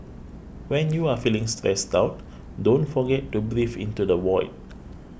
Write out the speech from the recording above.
when you are feeling stressed out don't forget to breathe into the void